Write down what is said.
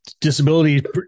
disability